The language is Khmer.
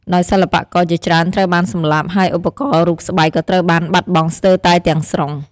ដោយសិល្បករជាច្រើនត្រូវបានសម្លាប់ ហើយឧបករណ៍ រូបស្បែក ក៏ត្រូវបានបាត់បង់ស្ទើរតែទាំងស្រុង។